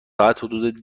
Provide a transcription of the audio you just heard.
حدود